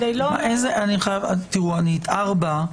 את פסקה (4)